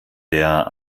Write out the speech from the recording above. der